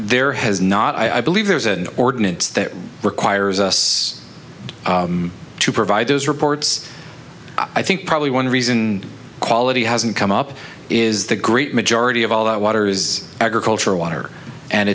there has not i believe there's an ordinance that requires us to provide those reports i think probably one reason quality hasn't come up is the great majority of all our water is agricultural water and